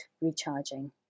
recharging